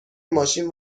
ماشین